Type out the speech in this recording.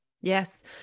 yes